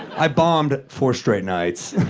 i bombed four straight nights.